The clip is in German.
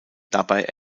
dabei